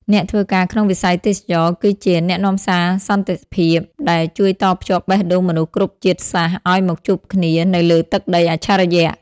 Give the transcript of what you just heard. អ្នកធ្វើការក្នុងវិស័យទេសចរណ៍គឺជា "អ្នកនាំសារសន្តិភាព" ដែលជួយតភ្ជាប់បេះដូងមនុស្សគ្រប់ជាតិសាសន៍ឱ្យមកជួបគ្នានៅលើទឹកដីអច្ឆរិយ។